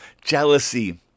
jealousy